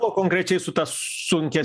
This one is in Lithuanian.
o konkrečiai su ta sunkia